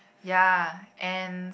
ya and